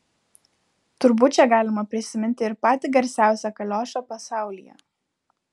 turbūt čia galima prisiminti ir patį garsiausią kaliošą pasaulyje